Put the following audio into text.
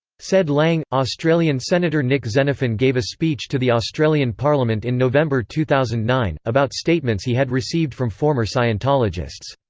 said lang australian senator nick xenophon gave a speech to the australian parliament in november two thousand and nine, about statements he had received from former scientologists.